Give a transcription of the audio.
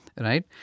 right